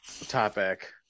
topic